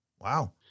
Wow